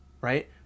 Right